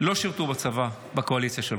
לא שירתו בצבא בקואליציה שלך.